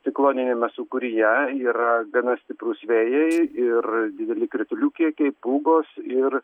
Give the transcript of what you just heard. cikloniniame sūkuryje yra gana stiprus vėjai ir dideli kritulių kiekiai pūgos ir